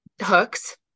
hooks